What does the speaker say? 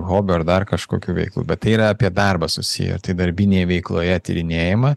hobio ir dar kažkokių veiklų bet tai yra apie darbą susiję tai darbinėje veikloje tyrinėjama